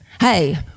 Hey